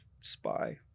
spy